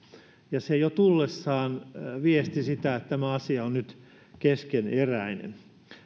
se jo tullessaan viesti sitä että tämä asia on nyt keskeneräinen